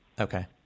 Okay